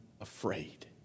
afraid